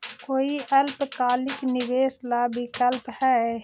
कोई अल्पकालिक निवेश ला विकल्प हई?